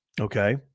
okay